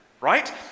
right